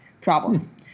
problem